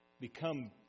become